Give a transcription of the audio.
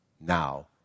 now